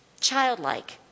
Childlike